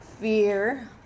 fear